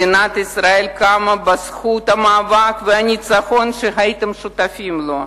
מדינת ישראל קמה בזכות המאבק והניצחון שהייתם שותפים לו.